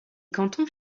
cantons